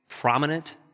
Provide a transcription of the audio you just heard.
prominent